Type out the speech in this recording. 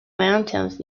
mountains